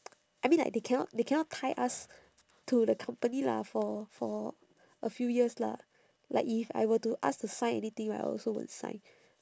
I mean like they cannot they cannot tie us to the company lah for for a few years lah like if I were to asked to sign anything right I also won't sign